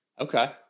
Okay